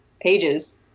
pages